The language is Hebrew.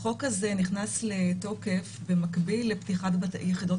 החוק הזה נכנס לתוקף במקביל לפתיחת יחידות